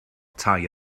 tai